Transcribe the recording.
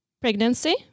pregnancy